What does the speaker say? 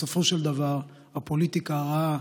בסופו של דבר, הפוליטיקה הרעה